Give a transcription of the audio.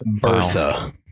Bertha